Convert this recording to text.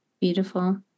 beautiful